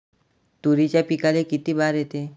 तुरीच्या पिकाले किती बार येते?